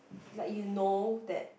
like you know that